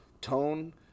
tone